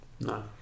No